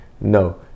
No